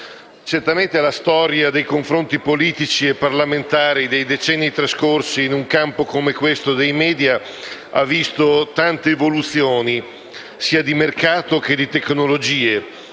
Certamente la storia dei confronti politici e parlamentari dei decenni trascorsi, in un campo come quello dei *media*, ha visto tante evoluzioni sia di mercato che di tecnologie,